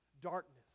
darkness